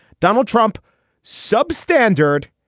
donald trump substandard.